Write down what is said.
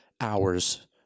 hours